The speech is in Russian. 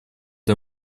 для